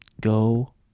Go